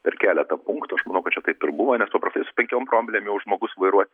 per keletą punktų aš manau kad čia taip ir buvo nes paprastai su penkiom promilėm jau žmogus vairuot